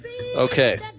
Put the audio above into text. Okay